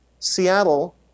Seattle